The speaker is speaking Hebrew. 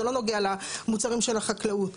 זה לא נוגע למוצרים של החקלאות.